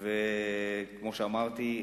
וכמו שאמרתי,